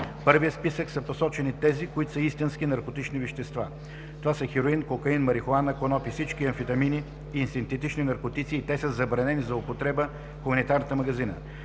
първия списък са посочени тези, които са истински наркотични вещества. Това са хероин, кокаин, марихуана, коноп и всички амфетамини и синтетични наркотици и те са забранени за употреба в хуманната медицина.